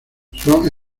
son